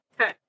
Okay